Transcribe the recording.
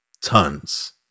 Tons